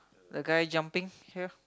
the guy jumping here